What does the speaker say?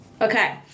okay